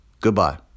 Goodbye